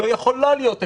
לא יכולה להיות אפקטיבית.